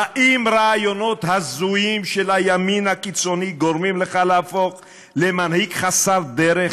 האם רעיונות הזויים של הימין הקיצוני גורמים לך להפוך למנהיג חסר דרך?